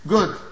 Good